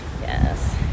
Yes